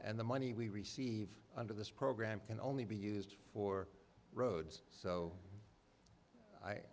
nd the money we receive under this program can only be used for roads